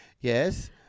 Yes